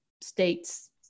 states